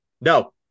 No